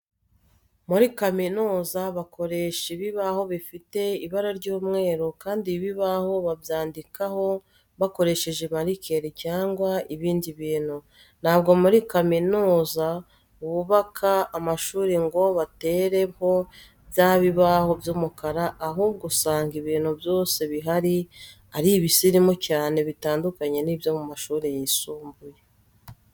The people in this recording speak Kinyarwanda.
Muri kaminuza bakoresha ibibaho bifite ibara ry'umweru kandi ibi bibaho babyandikaho bakoresheje marikeri cyangwa ibindi bintu. Ntabwo muri kaminuza bubaka amashuri ngo batereho bya bibaho by'umukara, ahubwo usanga ibintu byose bihari ari ibisirimu cyane bitandukanye n'ibyo mu mashuri yisumbuye.